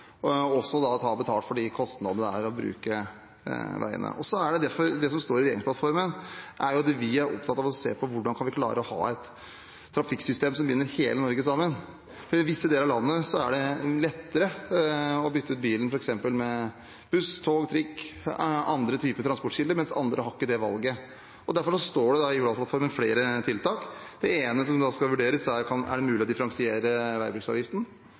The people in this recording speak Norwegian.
og til å ta betalt for de kostnadene det medfører å bruke veiene. Det som står i regjeringsplattformen, er at vi er opptatt av å se på hvordan vi kan klare å ha et trafikksystem som binder hele Norge sammen. I visse deler av landet er det lettere å bytte ut bilen med f.eks. buss, tog, trikk eller andre typer transportkilder, mens andre ikke har det valget. Derfor står det i Hurdalsplattformen om flere tiltak. Det ene som skal vurderes, er om det er mulig å differensiere veibruksavgiften.